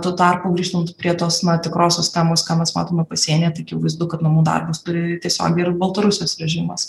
tuo tarpu grįžtant prie tos tikrosios temos ką mes matome pasienyje tai akivaizdu kad namų darbus turi tiesiogiai ir baltarusijos režimas